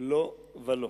לא ולא.